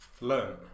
learn